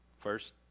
first